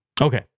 Okay